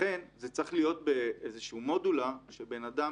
לכן זה צריך להיות באיזושהי מודול שבן אדם